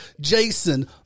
Jason